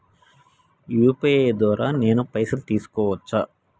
UPI ద్వారా నేను పైసలు తీసుకోవచ్చా?